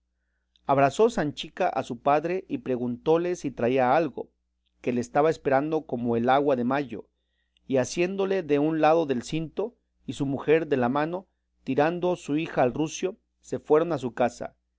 mundo abrazó sanchica a su padre y preguntóle si traía algo que le estaba esperando como el agua de mayo y asiéndole de un lado del cinto y su mujer de la mano tirando su hija al rucio se fueron a su casa